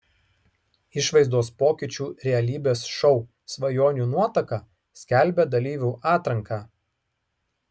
išvaizdos pokyčių realybės šou svajonių nuotaka skelbia dalyvių atranką